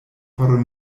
por